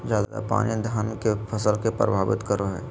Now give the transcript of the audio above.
ज्यादा पानी धान के फसल के परभावित करो है?